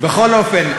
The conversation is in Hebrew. בכל אופן,